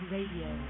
Radio